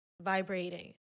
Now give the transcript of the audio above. vibrating